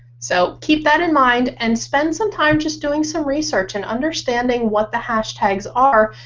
so keep that in mind and spend some time just doing some research and understanding what the hashtags are.